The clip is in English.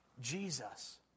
Jesus